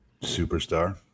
Superstar